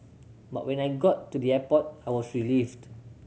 but when I got to the airport I was relieved